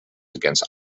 against